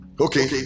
Okay